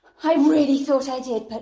i really thought i did. but